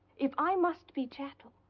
if i must be chattel,